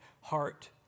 heart